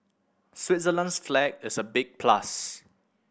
Switzerland's flag is a big plus